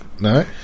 No